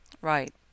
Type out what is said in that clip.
Right